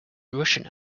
russian